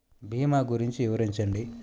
భీమా గురించి వివరించండి?